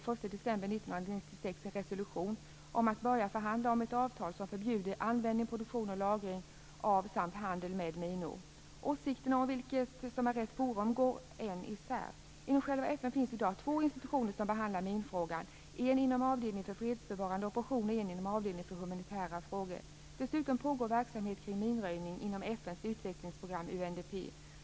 1996 en resolution om att börja förhandla om ett avtal som förbjuder användning, produktion och lagring av samt handel med minor. Åsikterna om vilket som är rätt forum går än isär. Inom själva FN finns i dag två institutioner som behandlar minfrågor. En inom avdelningen för fredsbevarande operationer, och en inom avdelningen för humanitära frågor. Dessutom pågår verksamhet kring minröjning inom FN:s utvecklingsprogram, UNDP.